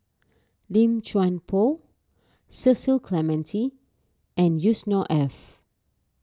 Lim Chuan Poh Cecil Clementi and Yusnor Ef